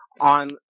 on